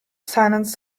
silence